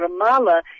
Ramallah